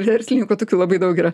verslininkų tokių labai daug yra